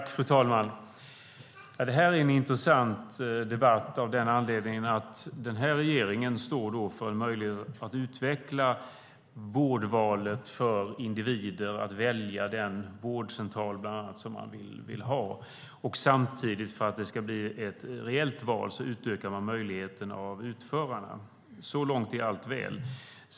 Fru talman! Det här är en intressant debatt. Den här regeringen står ju för en möjlighet att utveckla vårdvalet för individer att välja bland annat den vårdcentral som de vill ha och samtidigt, för att det ska bli ett reellt val, så utökas möjligheterna för utförarna. Så långt är allt väl.